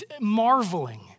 marveling